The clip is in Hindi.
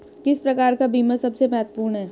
किस प्रकार का बीमा सबसे महत्वपूर्ण है?